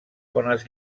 bones